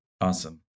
Awesome